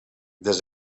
des